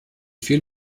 viel